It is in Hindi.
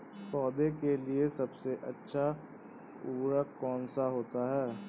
पौधे के लिए सबसे अच्छा उर्वरक कौन सा होता है?